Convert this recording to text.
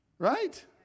Right